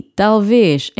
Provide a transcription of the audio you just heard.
talvez